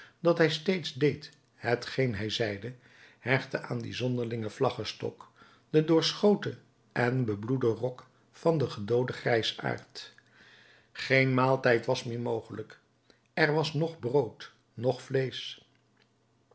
dat hij steeds deed hetgeen hij zeide hechtte aan dien zonderlingen vlaggestok den doorschoten en bebloeden rok van den gedooden grijsaard geen maaltijd was meer mogelijk er was noch brood noch vleesch